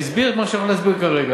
הסביר את מה שאני עומד להסביר כרגע.